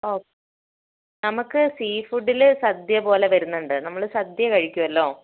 ഓ നമുക്ക് സീ ഫുഡില് സദ്യ പോലെ വരുന്നുണ്ട് നമ്മൾ സദ്യ കഴിക്കുവല്ലോ